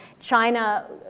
China